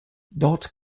dort